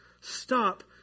Stop